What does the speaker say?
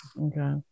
Okay